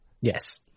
yes